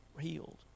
healed